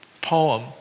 poem